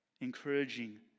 Encouraging